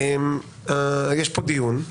יש כאן דיון.